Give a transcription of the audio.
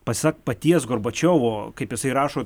pasak paties gorbačiovo kaip jisai rašo